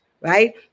right